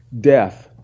death